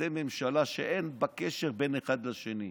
אתם ממשלה שאין בה קשר בין אחד לשני.